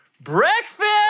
breakfast